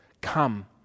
Come